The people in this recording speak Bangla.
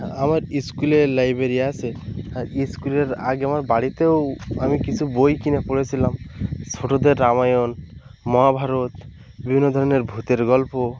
আমার স্কুলে লাইব্রেরি আসে আর স্কুলের আগে আমার বাড়িতেও আমি কিছু বই কিনে পড়েছিলাম ছোটোদের রামায়ণ মহাভারত বিভিন্ন ধরনের ভূতের গল্প